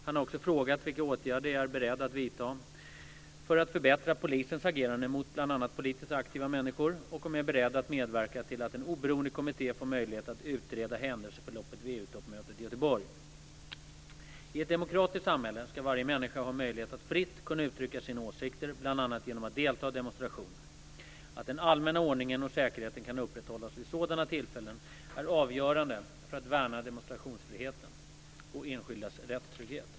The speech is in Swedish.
Han har också frågat vilka åtgärder jag är beredd att vidta för att förbättra polisens agerande mot bl.a. politiskt aktiva människor och om jag är beredd att medverka till att en oberoende kommitté får möjlighet att utreda händelseförloppet vid EU-toppmötet i I ett demokratiskt samhälle ska varje människa ha möjlighet att fritt kunna uttrycka sina åsikter bl.a. genom att delta i demonstrationer. Att den allmänna ordningen och säkerheten kan upprätthållas vid sådana tillfällen är avgörande för att värna demonstrationsfriheten och enskildas rättstrygghet.